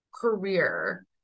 career